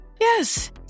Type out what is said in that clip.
Yes